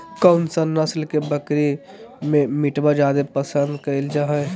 कौन सा नस्ल के बकरी के मीटबा जादे पसंद कइल जा हइ?